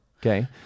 Okay